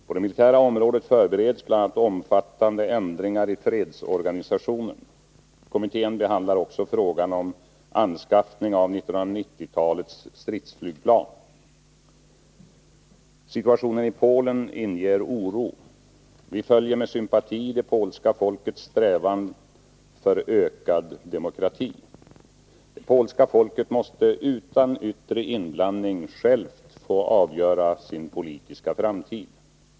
På det militära området förbereds bl.a. omfattande ändringar i fredsorganisationen. Kommittén behandlar också frågan om anskaffning av 1990-talets stridsflygplan. Situationen i Polen inger oro. Vi följer med sympati det polska folkets strävanden för ökad demokrati. Det polska folket måste utan yttre inblandning självt få avgöra sin politiska framtid.